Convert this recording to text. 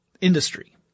industry